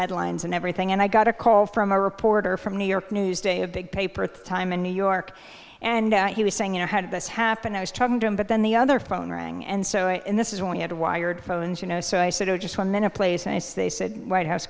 headlines and everything and i got a call from a reporter from new york newsday a big paper at the time in new york and he was saying you know had this happened i was talking to him but then the other phone rang and so in this is when he had wired phones you know so i said oh just one minute place and they said white house